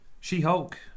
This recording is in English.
She-Hulk